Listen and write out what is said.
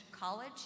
College